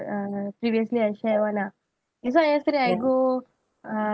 uh previously I share one ah this one yesterday I go uh